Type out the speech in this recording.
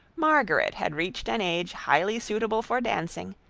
margaret had reached an age highly suitable for dancing,